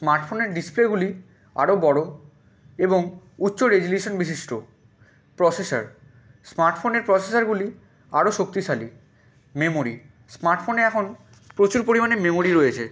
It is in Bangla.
স্মার্টফোনের ডিসপ্লেগুলি আরো বড়ো এবং উচ্চ রেসোলিউশান বিশিষ্ট প্রসেসার স্মার্টফোনের প্রসেসারগুলি আরো শক্তিশালী মেমোরি স্মার্টফোনে এখন প্রচুর পরিমাণে মেমোরি রয়েছে